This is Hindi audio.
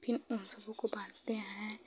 फिर उन सबों को बाँधते हैं